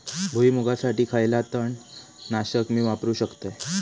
भुईमुगासाठी खयला तण नाशक मी वापरू शकतय?